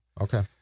Okay